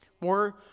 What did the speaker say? more